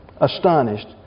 Astonished